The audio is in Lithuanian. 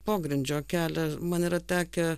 pogrindžio kelią man yra tekę